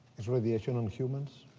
is radiation on humans?